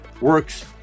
works